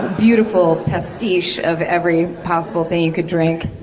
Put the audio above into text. beautiful pastiche of every possible thing you could drink.